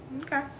Okay